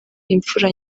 imfura